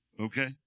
okay